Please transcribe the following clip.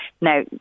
Now